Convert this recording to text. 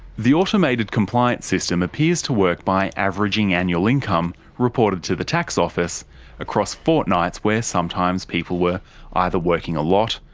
the automated compliance system appears to work by averaging annual income reported to the tax office across fortnights where sometimes people were either working a lot,